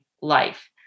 life